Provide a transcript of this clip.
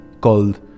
called